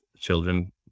children